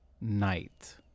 night